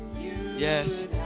yes